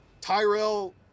Tyrell